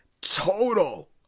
total